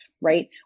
right